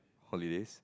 holidays